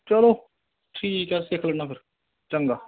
ਚਲੋ ਠੀਕ ਹੈ ਸਿੱਖ ਲੈਂਦਾ ਫਿਰ ਚੰਗਾ